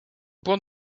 point